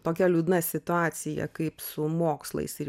tokia liūdna situacija kaip su mokslais ir